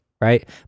Right